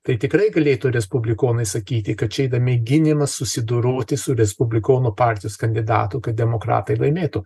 tai tikrai galėtų respublikonai sakyti kad čia yra mėginimas susidoroti su respublikonų partijos kandidatu kad demokratai laimėtų